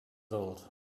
old